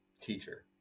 teacher